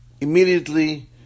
Immediately